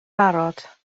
barod